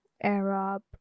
arab